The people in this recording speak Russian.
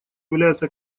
является